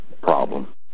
problem